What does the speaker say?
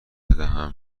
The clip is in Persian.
بدهم